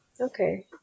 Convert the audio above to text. Okay